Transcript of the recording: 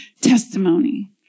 testimony